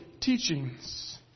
teachings